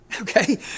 Okay